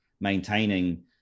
maintaining